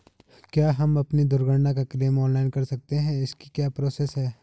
क्या हम अपनी दुर्घटना का क्लेम ऑनलाइन कर सकते हैं इसकी क्या प्रोसेस है?